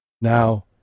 now